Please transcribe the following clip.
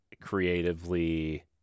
creatively